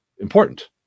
Important